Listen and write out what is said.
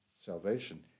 salvation